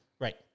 Right